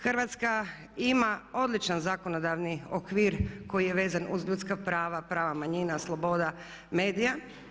Hrvatska ima odličan zakonodavni okvir koji je vezan uz ljudska prava, prava manjina, sloboda, medija.